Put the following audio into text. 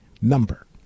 number